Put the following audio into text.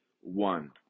one